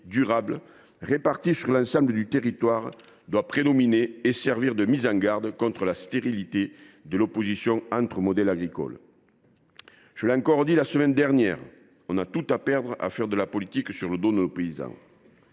durable, répartie sur l’ensemble du territoire, doit prédominer et servir de mise en garde contre la stérilité de l’opposition entre modèles agricoles. Je l’ai encore dit la semaine dernière : nous avons tout à perdre à faire de la politique sur le dos de nos paysans.